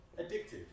addictive